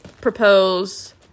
propose